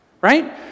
right